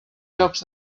llocs